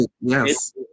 Yes